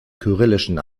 kyrillischen